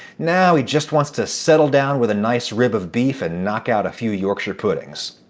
now he just wants to settle down with a nice rib of beef and knock out a few yorkshire puddings.